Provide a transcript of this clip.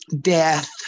Death